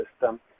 system